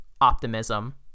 optimism